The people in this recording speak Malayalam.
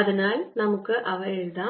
അതിനാൽ നമുക്ക് അവ എഴുതാം